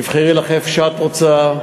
תבחרי לך איפה שאת רוצה.